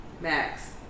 Max